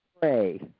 pray